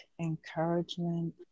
encouragement